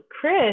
Chris